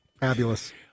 Fabulous